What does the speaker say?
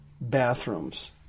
bathrooms